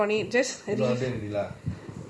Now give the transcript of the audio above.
there might be disruptions